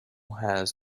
has